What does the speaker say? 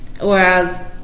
whereas